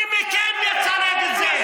מי מכם יצא נגד זה?